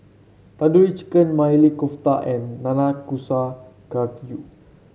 Tandoori Chicken Maili Kofta and Nanakusa Gayu